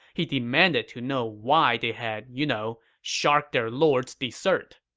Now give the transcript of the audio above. he demanded to know why they had, you know, sharked their lord's dessert.